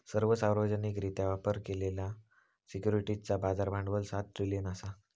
सर्व सार्वजनिकरित्या व्यापार केलेल्या सिक्युरिटीजचा बाजार भांडवल सात ट्रिलियन असा